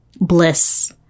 bliss